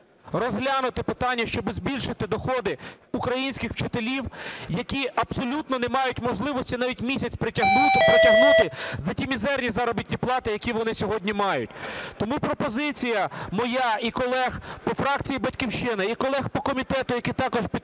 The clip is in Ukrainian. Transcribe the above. розглянути питання, щоб збільшити доходи українських вчителів, які абсолютно не мають можливості навіть місяць протягнути за ті мізерні заробітні плати, які вони сьогодні мають. Тому пропозиція моя і колег по фракції "Батьківщина", і колег по комітету, які також підтримали